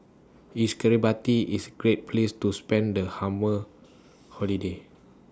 IS Kiribati IS Great Place to spend The hammer Holiday